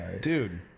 Dude